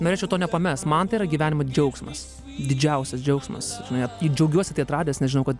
norėčiau to nepamest man tai yra gyvenimo džiaugsmas didžiausias džiaugsmas žinai i džiaugiuosi tai atradęs nes žinau kad